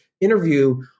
interview